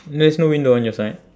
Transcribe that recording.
there's no window on your side